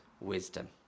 wisdom